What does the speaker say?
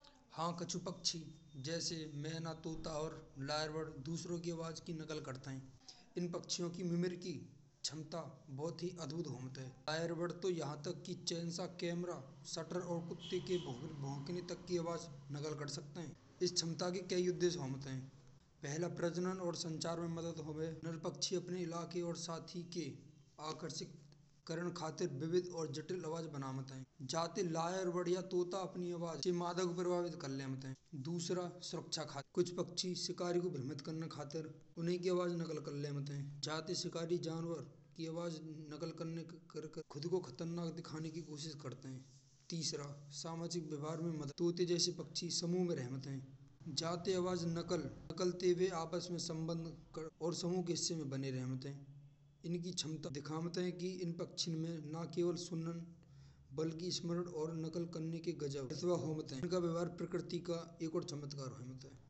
हाँ कछु पक्षी जैस मैन तूता और दूसरे की आवाज़ की नकल करते हैं। इने पक्षियों की याददाश्त की क्षमता बहुत ही अदभुत होत है। फायर वर्द तू यहाँ तक की चेन का कैमरा शटर और कुत्ते की भोकने भोकने तक की नकल कर सकते हैं। इस क्षमता के कई उद्देश्य होत हैं। पहला प्रजनन और संचार में मदद होवे। नर पक्षी अपने इलाके और साथी के आकर्षक करण खातिर विविध और जटिल आवाज़ बनावत है। जा ते लेयर वर्ड और तोता अपनी आवाज़ को प्रभावित कर लेमेट है। दूसरा सुरक्षा खातिर। कुछ पक्षी शिकारी को भ्रमित करना खातिर उन्ही की आवाज़ नकल कर लेते हैं। जाति शिकारी जानवर की आवाज़ नकल करना खुद को खतरनाक दिखाने की कोशिश करते हैं। तीसरा सामाजिक व्यवहार में मजबूती। तोते जैसी पक्षी समूह में रहमत है। जा ते आवाज़ नकल। नकल ते वे आपस में समूह के हिस्से में बने रहमत है। इनकी क्षमता देखमात है कि यह पक्षियों में ना केवल सुनना बल्कि स्मरण करने की आदत होती है। यह प्रकृति का एक और चमत्कार होता है।